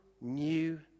new